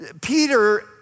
Peter